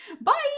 Bye